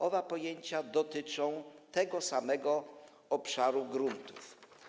Oba pojęcia dotyczą tego samego obszaru gruntów.